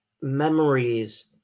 memories